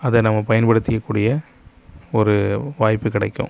அதை நம்ம பயன்படுத்திக்க கூடிய ஒரு வாய்ப்பு கிடைக்கும்